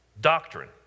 doctrine